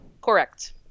Correct